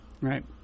Right